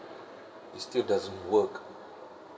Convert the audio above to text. it still doesn't work